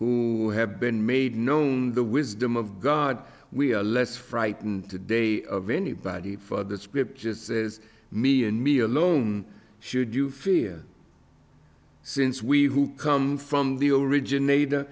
who have been made known the wisdom of god we are less frightened today of anybody for the scriptures is me and me alone should you fear since we've who come from the originator